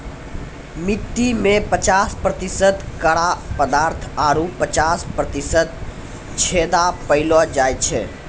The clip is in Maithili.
मट्टी में पचास प्रतिशत कड़ा पदार्थ आरु पचास प्रतिशत छेदा पायलो जाय छै